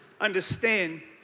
understand